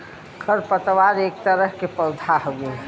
खर पतवार एक तरह के पौधा हउवे